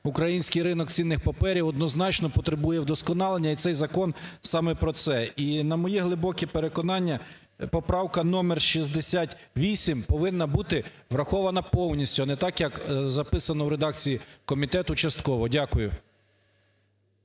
український ринок цінних паперів однозначно потребує удосконалення, і цей закон саме про це. І на моє глибоке переконання, поправка № 68 повинна бути врахована повністю, а не так, як записано в редакції комітету, частково. Дякую.